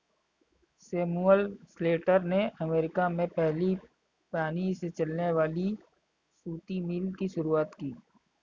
Samuel Slater ने America में पहली पानी से चलने वाली सूती मिल की शुरुआत की